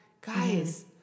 guys